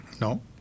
No